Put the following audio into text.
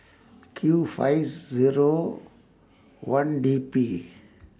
Q fines Zero one D P